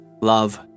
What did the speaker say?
Love